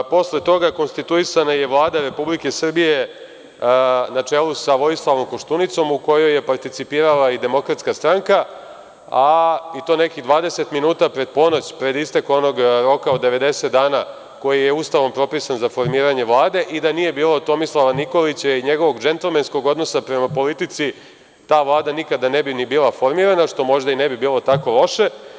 Posle toga konstituisana je Vlada RS na čelu sa Vojislavom Koštunicom u kojoj je participirala i DS, i to nekih 20 minuta pred ponoć, pred istek onog roka od 90 dana koji je Ustavom propisan za formiranje Vlade i da nije bilo Tomislava Nikolića i njegovog džentlmenskog odnosa prema politici ta Vlada nikada ne bi ni bila formirana, što možda i ne bi bilo tako loše.